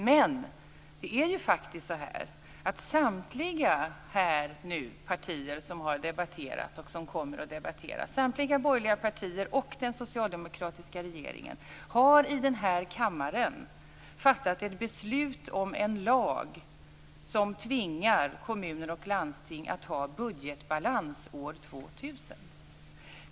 Men det är faktiskt så att samtliga partier som har debatterat och som kommer att debattera, samtliga borgerliga partier och den socialdemokratiska regeringen, har i den här kammaren fattat ett beslut om en lag som tvingar kommuner och landsting att ha budgetbalans år 2000.